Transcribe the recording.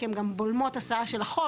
כי הן גם בולמות הסעה של החול.